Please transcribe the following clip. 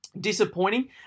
disappointing